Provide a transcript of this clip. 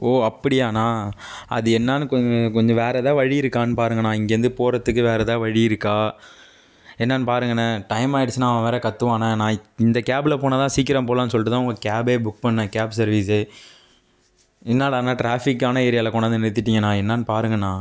ஓ அப்படியாண்ணா அது என்னன்னு கொஞ் கொஞ்சம் வேறே எதாவது வழி இருக்கானு பாருங்கண்ணா இங்கேருந்து போகிறத்துக்கு வேறே எதாது வழி இருக்கா என்னன்னு பாருங்கண்ணா டைம் ஆகிடுச்சினா அவன் வேறே கத்துவான்ணா நான் இந்த கேப்பில் போனால்தான் சீக்கிரம் போகலான்னு சொல்லிட்டுதான் உங்கள் கேப் புக் பண்ணேன் கேப் சர்வீஸே என்னாடானால் ட்ராஃபிக்கான ஏரியாவில் கொண்டாந்து நிறுத்திட்டிங்கண்ணா என்னன்னு பாருங்கண்ணா